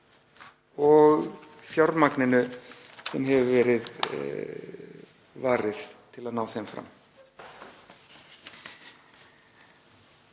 og fjármagninu sem hefur verið varið til að ná þeim fram.